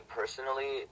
personally